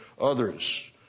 others